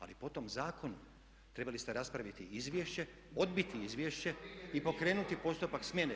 Ali po tom zakonu trebali ste raspraviti izvješće, odbiti izvješće i pokrenuti postupak smjene.